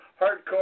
hardcore